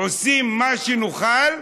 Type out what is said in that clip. עושים מה שנוכל,